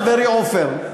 חברי עפר.